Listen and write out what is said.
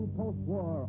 post-war